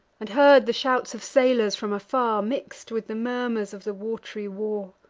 and heard the shouts of sailors from afar, mix'd with the murmurs of the wat'ry war!